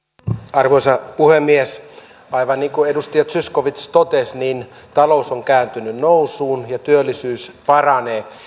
arvoisa puhemies aivan niin kuin edustaja zyskowicz totesi talous on kääntynyt nousuun ja työllisyys paranee